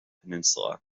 peninsula